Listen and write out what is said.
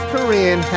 Korean